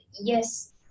Yes